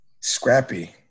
Scrappy